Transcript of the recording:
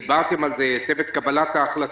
דיברתם על זה, על צוות קבלת ההחלטות.